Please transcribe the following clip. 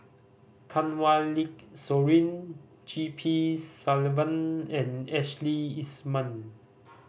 Kanwaljit Soin G P Selvam and Ashley Isham